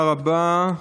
תודה רבה.